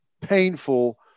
painful